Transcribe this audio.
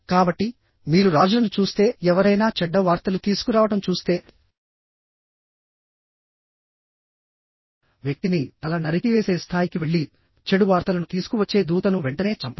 కాబట్టి మీరు రాజులను చూస్తేఎవరైనా చెడ్డ వార్తలు తీసుకురావడం చూస్తేవ్యక్తిని తల నరికివేసే స్థాయికి వెళ్లి చెడు వార్తలను తీసుకువచ్చే దూతను వెంటనే చంపండి